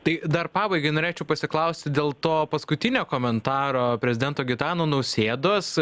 tai dar pabaigai norėčiau pasiklausti dėl to paskutinio komentaro prezidento gitano nausėdos